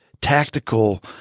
tactical